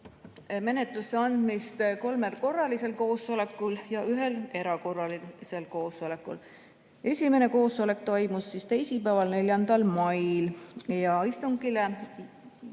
menetlusse andmist kolmel korralisel koosolekul ja ühel erakorralisel koosolekul. Esimene koosolek toimus teisipäeval, 4. mail. Istungil